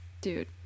Dude